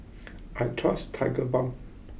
I trust Tigerbalm